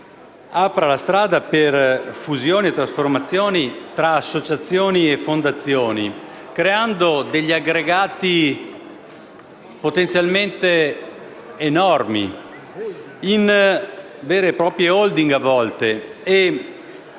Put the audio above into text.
apra la strada per fusioni e trasformazioni tra associazioni e fondazioni, creando degli aggregati potenzialmente enormi, vere e proprie *holding* a volte.